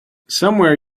somewhere